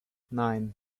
nine